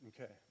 Okay